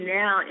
now